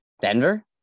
Denver